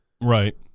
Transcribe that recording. Right